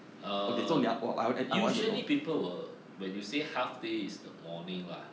err usually people will when you say half day is the morning lah